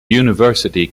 university